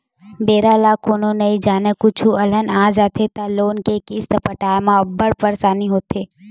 बेरा ल कोनो नइ जानय, कुछु अलहन आ जाथे त लोन के किस्त पटाए म अब्बड़ परसानी होथे